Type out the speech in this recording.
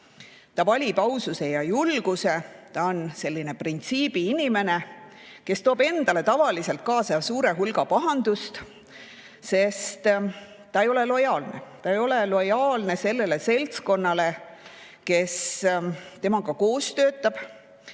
ta valib aususe ja julguse, ta on selline printsiibiinimene, kes toob endale tavaliselt kaasa suure hulga pahandusi, sest ta ei ole lojaalne. Ta ei ole lojaalne sellele seltskonnale, kes temaga koos töötab,